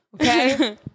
Okay